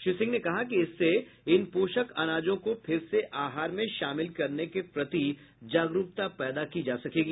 श्री सिंह ने कहा कि इससे इन पोषक अनाजों को फिर से आहार में शामिल करने के प्रति जागरुकता पैदा की जा सकेगी